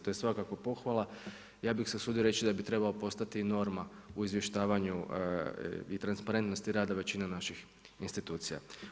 To je svakako pohvala i ja bih se usudio reći da bi trebao postati norma u izvještavanju i transparentnosti rada većina naših institucija.